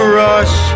rush